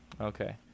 Okay